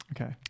Okay